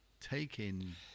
taking